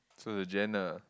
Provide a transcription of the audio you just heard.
so the Jan ah